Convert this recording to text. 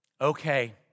okay